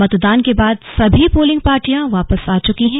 मतदान के बाद सभी पोलिंग पार्टियां वापस आ च्की हैं